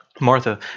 Martha